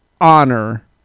honor